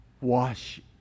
Wash